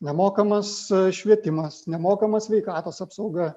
nemokamas švietimas nemokama sveikatos apsauga